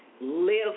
Live